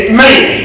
man